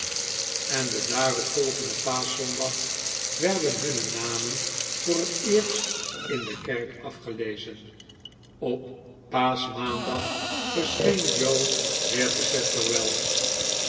en den daarop volgenden paaschzondag werden hunne namen voor het eerst in de kerk afgelezen op paaschmaandagtverscheen joe weer te